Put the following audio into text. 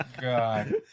God